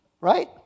Right